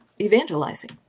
evangelizing